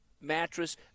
mattress